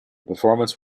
performance